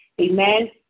Amen